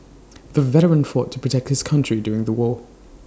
the veteran fought to protect his country during the war